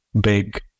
big